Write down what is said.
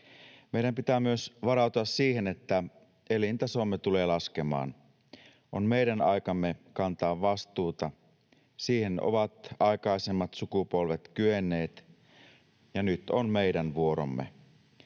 Meidän pitää myös varautua siihen, että elintasomme tulee laskemaan. On meidän aikamme kantaa vastuuta. Siihen ovat aikaisemmat sukupolvet kyenneet, ja nyt on meidän vuoromme.